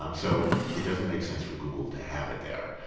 um so it doesn't make sense for google to have it there,